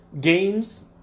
games